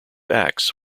acts